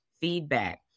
feedback